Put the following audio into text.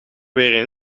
weer